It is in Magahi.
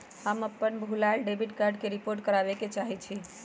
हम अपन भूलायल डेबिट कार्ड के रिपोर्ट करावे के चाहई छी